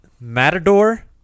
Matador